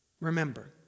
Remember